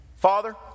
father